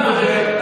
אחרים.